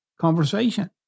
conversation